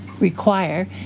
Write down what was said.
require